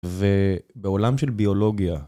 ובעולם של ביולוגיה...